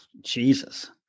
jesus